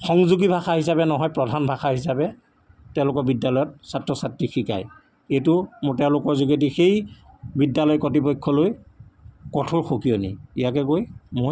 সংযোগী ভাষা হিচাপে নহয় প্ৰধান ভাষা হিচাপে তেওঁলোকৰ বিদ্যালয়ত ছাত্ৰ ছাত্ৰীক শিকায় এইটো মোৰ তেওঁলোকৰ যোগেদি সেই বিদ্যালয় কৰ্তৃপক্ষলৈ কঠোৰ সকিয়নী ইয়াকে কৈ মই